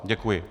Děkuji.